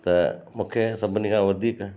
त मूंखे सभिनी खां वधीक